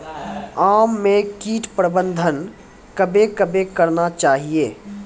आम मे कीट प्रबंधन कबे कबे करना चाहिए?